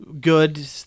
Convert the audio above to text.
good